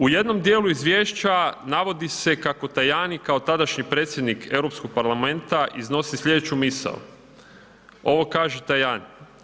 U jednom dijelu izvješća navodi se kako Tajani kao tadašnji predsjednik Europskog parlamenta iznosi sljedeću misao, ovo kaže Tajani.